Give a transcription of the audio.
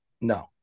No